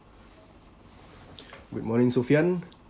good morning sophian